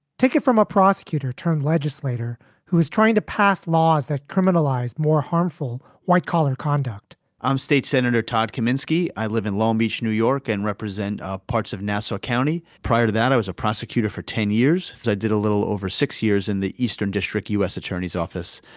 take it from a prosecutor turned legislator who is trying to pass laws that criminalize more harmful white-collar conduct i'm state senator todd kominski i live in long beach, new york, and represent ah parts of nasa county. prior to that, i was a prosecutor for ten years i did a little over six years in the eastern district u s. attorney's office,